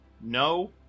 No